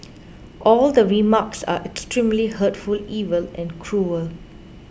all the remarks are extremely hurtful evil and cruel